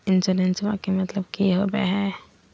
इंसोरेंसेबा के मतलब की होवे है?